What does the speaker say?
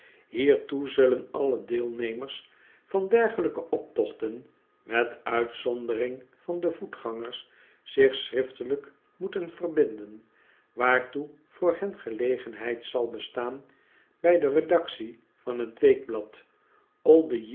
hiertoe zullen alle deelnemers van dergelijke optochten met uitzondering van de voetgangers zich schriftelijk moeten verbinden waartoe voor hen gelegenheid zal bestaan bij de redactie van het